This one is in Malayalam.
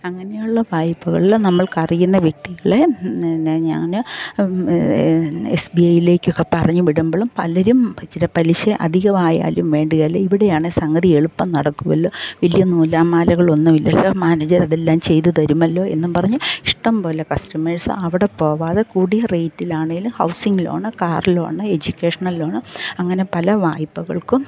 അങ്ങനെ ഉള്ള വായ്പ്പകളിൽ നമ്മൾക്കറിയുന്ന വ്യക്തികളെ പിന്നെ ഞാന് എസ് ബി ഐ യിലേക്കൊക്കെ പറഞ്ഞ് വിടുമ്പളും പലരും ഇച്ചിരെ പലിശ അധികവായാലും വേണ്ടുകേല ഇവിടെയാണ് സംഗതി എളുപ്പം നടക്കുവല്ലോ വലിയ നൂലാമാലകളൊന്നുമില്ലല്ലോ മാനേജരിതെല്ലാം ചെയ്ത് തരുമല്ലോ എന്നും പറഞ്ഞ് ഇഷ്ടംപോലെ കസ്റ്റമേഴ്സ് അവിടെ പോകാതെ കൂടിയ റേറ്റിലാണെലും housing loan car loan educational ലോണും അങ്ങനെ പല വായ്പ്പകൾക്കും